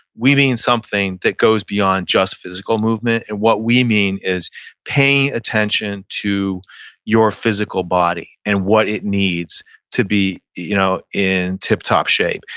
we've been something that goes beyond just physical movement. and what we mean is paying attention to your physical body and what it needs to be you know in tip top shape.